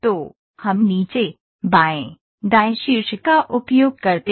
तो हम नीचे बाएँ दाएँ शीर्ष का उपयोग करते हैं